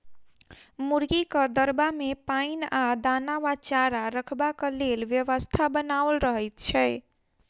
मुर्गीक दरबा मे पाइन आ दाना वा चारा रखबाक लेल व्यवस्था बनाओल रहैत छै